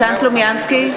סלומינסקי,